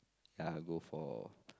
ya go for